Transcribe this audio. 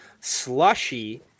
slushy